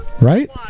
Right